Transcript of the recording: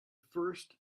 first